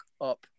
up